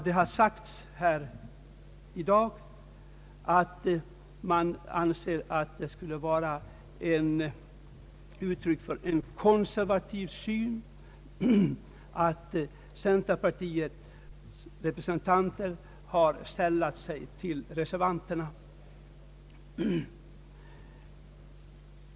Det har här i dag sagts att det skulle vara uttryck för en konservativ syn att centerpartiets representanter har sällat sig till reservanterna.